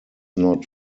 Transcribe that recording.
not